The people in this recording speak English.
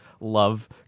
love